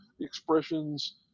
expressions